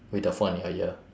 with the phone in your ear